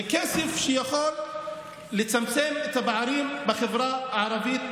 זה כסף שיכול לצמצם את הפערים בחברה הערבית,